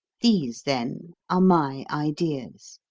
these, then, are my ideas.